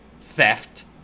theft